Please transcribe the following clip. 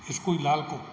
school लाल्को